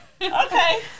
Okay